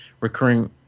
recurring